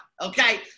Okay